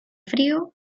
frío